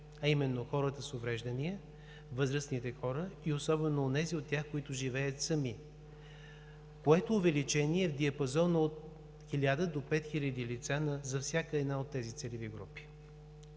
а именно хората с увреждания, възрастните хора и особено онези от тях, които живеят сами, което увеличение е в диапазон от 1000 до 5000 лица за всяка една от тези целеви групи.